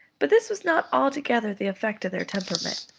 but this was not altogether the effect of their temperament.